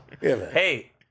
Hey